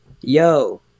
yo